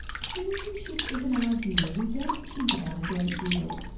citizenship is an idea we don't think about a great deal,